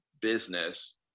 business